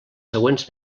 següents